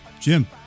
Jim